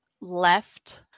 left